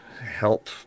help